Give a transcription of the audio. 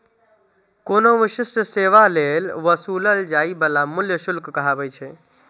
कोनो विशिष्ट सेवा लेल वसूलल जाइ बला मूल्य शुल्क कहाबै छै